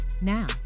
Now